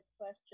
question